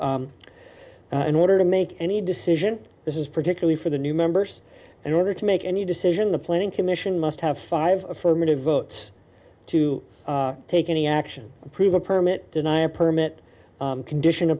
in order to make any decision this is particularly for the new members in order to make any decision the planning commission must have five affirmative votes to take any action approve a permit deny a permit condition a